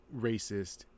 racist